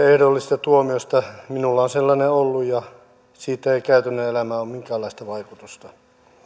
ehdollisesta tuomiosta minulla on sellainen ollut ja sillä ei käytännön elämään ole minkäänlaista vaikutusta